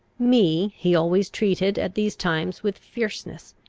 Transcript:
me he always treated at these times, with fierceness,